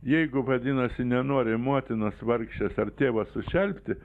jeigu vadinasi nenori motinos vargšės ar tėvo sušelpti